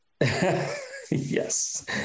Yes